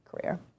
career